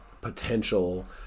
potential